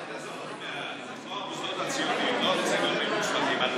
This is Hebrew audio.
עזוב אותי מהמוסדות הציוניים והגורמים המוסמכים.